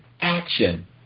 action